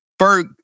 Ferg